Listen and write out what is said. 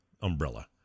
umbrella